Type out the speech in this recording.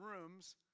rooms